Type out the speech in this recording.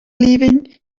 leaving